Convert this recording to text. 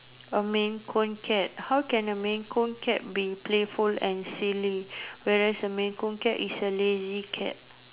a maine coon cat how can a maine coon cat be playful and silly whereas a maine coon cat is a lazy cat